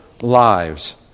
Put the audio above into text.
lives